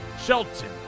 Shelton